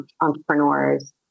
entrepreneurs